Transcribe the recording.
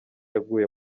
yaguye